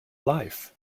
life